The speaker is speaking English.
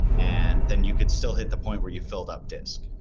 and then you could still hit the point where you filled up disk.